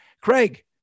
Craig